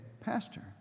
pastor